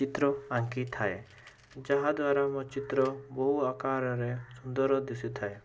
ଚିତ୍ର ଆଙ୍କିଥାଏ ଯାହାଦ୍ଵାରା ମୋ ଚିତ୍ର ବହୁ ଆକାରରେ ସୁନ୍ଦର ଦିଶିଥାଏ